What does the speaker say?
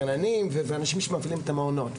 גננים ואנשים שמפעילים את המעונות,